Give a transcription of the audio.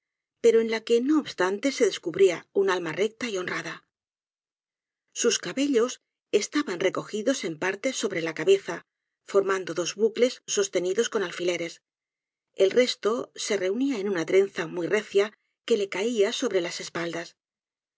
pero en la que no obstante se descubría un alma recta y honrada sus cabellos estaban recogidos en parte sobre la cabeza formando dos bucles sostenidos con alfileres el resto se reunía en una trenza muy recia quelecaia sobre las espaldas